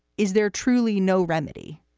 is there truly no remedy?